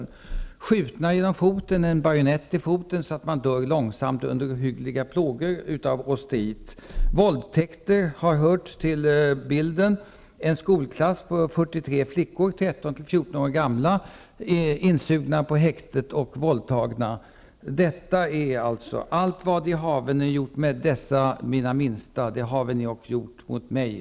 De kan ha blivit skjutna i foten eller ha fått en bajonett i foten, så att de dött långsamt under ohyggliga plågor av osteit. Våldtäkter har hört till bilden. En skolklass på 43 flickor, 13--14 år gamla, har förts in i häkte och våldtagits. Här gäller ordet ''Allt vad I haven gjort mot dessa mina minsta, det haven I ock gjort mot mig.''